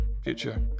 Future